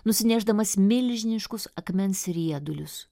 nusinešdamas milžiniškus akmens riedulius